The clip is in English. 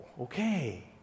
okay